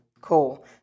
cool